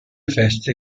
feste